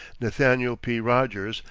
nathaniel p. rogers,